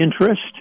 interest